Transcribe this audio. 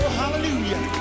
hallelujah